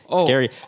scary